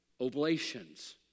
oblations